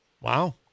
Wow